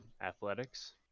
Athletics